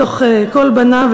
מתוך כל בניו,